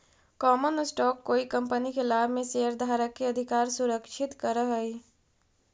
common stock कोई company के लाभ में शेयरधारक के अधिकार सुनिश्चित करऽ हई